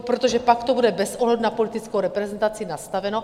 Protože pak to bude bez ohledu na politickou reprezentaci nastaveno.